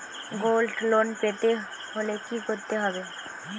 Gold loan পেতে হলে কি করতে হবে?